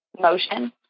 motion